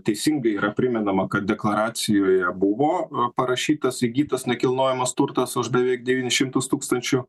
teisingai yra primenama kad deklaracijoje buvo parašytas įgytas nekilnojamas turtas už beveik devynis šimtus tūkstančių